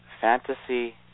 fantasy